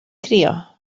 crio